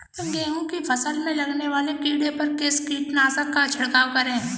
गेहूँ की फसल में लगने वाले कीड़े पर किस कीटनाशक का छिड़काव करें?